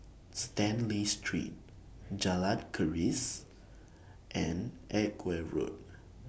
Stanley Street Jalan Keris and Edgware Road